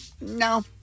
No